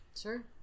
sure